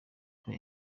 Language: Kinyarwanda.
for